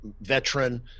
veteran